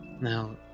now